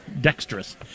dexterous